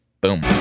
Boom